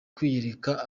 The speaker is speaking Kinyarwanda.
kwiyereka